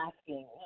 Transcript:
asking